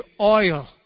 oil